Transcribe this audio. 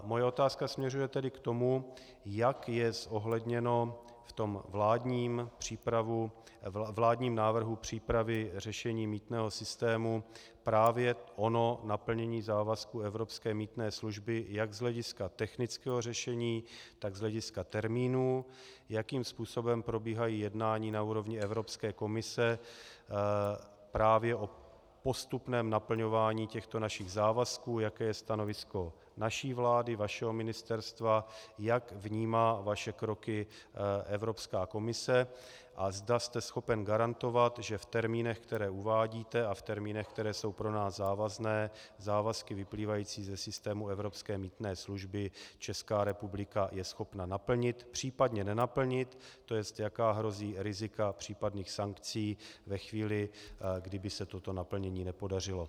Moje otázka směřuje tedy k tomu, jak je zohledněno v tom vládním návrhu přípravy řešení mýtného systému právě ono naplnění závazku evropské mýtné služby jak z hlediska technického řešení, tak z hlediska termínů, jakým způsobem probíhají jednání na úrovni Evropské komise právě o postupném naplňování těchto našich závazků, jaké je stanovisko naší vlády, vašeho Ministerstva, jak vnímá vaše kroky Evropská komise a zda jste schopen garantovat, že v termínech, které uvádíte, a v termínech, které jsou pro nás závazné, závazky vyplývající ze systému evropské mýtné služby Česká republika je schopna naplnit, případně nenaplnit, to jest jaká hrozí rizika případných sankcí ve chvíli, kdyby se toto naplnění nepodařilo.